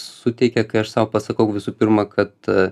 suteikė kai aš sau pasakau visų pirma kad